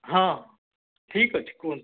ହଁ ଠିକ ଅଛି କୁହନ୍ତୁ